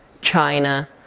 China